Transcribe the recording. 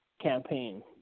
campaign